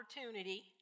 opportunity